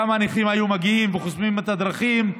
כמה הנכים היו מגיעים וחוסמים את הדרכים.